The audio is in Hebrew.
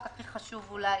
הכי חשוב אולי